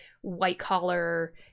white-collar